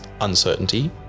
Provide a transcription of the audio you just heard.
uncertainty